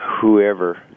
whoever